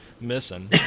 missing